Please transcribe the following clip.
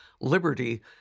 liberty